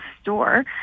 store